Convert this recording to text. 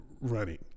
running